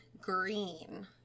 green